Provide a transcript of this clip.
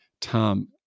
Tom